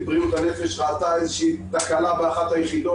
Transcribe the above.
בריאות הנפש ראתה איזושהי תקלה באחת היחידות,